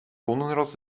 hondenras